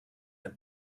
een